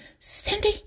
Cindy